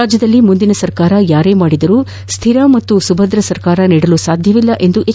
ರಾಜ್ಯದಲ್ಲಿ ಮುಂದಿನ ಸರ್ಕಾರ ಯಾರೇ ಮಾಡಿದರೂ ಸ್ವಿರ ಹಾಗೂ ಸುಭದ್ರ ಸರ್ಕಾರ ನೀಡಲು ಸಾಧ್ಯವಿಲ್ಲ ಎಂದು ಎಚ್